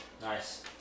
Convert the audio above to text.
Nice